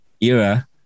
era